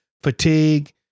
fatigue